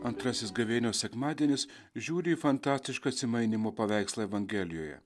antrasis gavėnios sekmadienis žiūri į fantastišką atsimainymo paveikslą evangelijoje